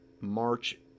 March